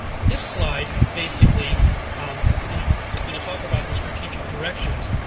this slide basically kind of is going to talk about the strategic directions,